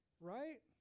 Right